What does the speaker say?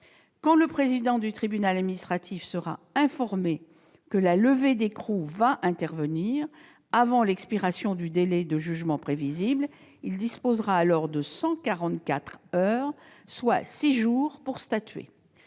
Quand le président du tribunal administratif sera informé que la levée d'écrou va intervenir avant l'expiration du délai de jugement prévisible, il disposera alors de 144 heures, soit 6 jours pour statuer.